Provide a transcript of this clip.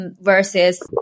versus